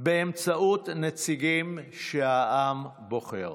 באמצעות נציגים שהעם בוחר,